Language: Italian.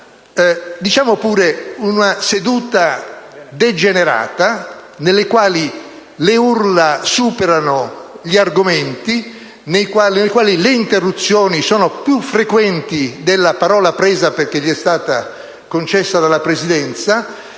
diciamolo pure - seduta degenerata, nella quale le urla superano gli argomenti, nella quale le interruzioni sono più frequenti della parola presa perché concessa dalla Presidenza,